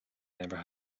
never